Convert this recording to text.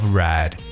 red